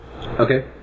Okay